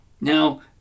Now